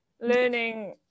Learning